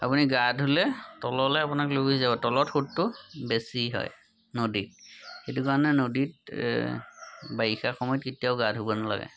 আপুনি গা ধুলে তললৈ আপোনাক লৈ গুচি যাব তলত সোঁতটো বেছি হয় নদীত সেইটো কাৰণে নদীত বাৰিষা সময়ত কেতিয়াও গা ধুব নালাগে